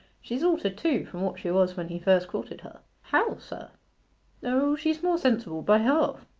she's altered too from what she was when he first courted her how, sir o, she's more sensible by half.